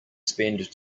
spend